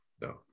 No